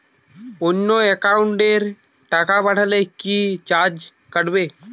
অন্য একাউন্টে টাকা পাঠালে কি চার্জ কাটবে?